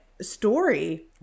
story